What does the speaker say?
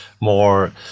more